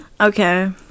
Okay